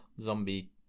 zombie